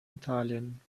italien